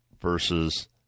versus